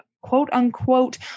quote-unquote